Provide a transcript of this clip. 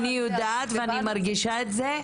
אני יודעת ואני מרגישה את זה,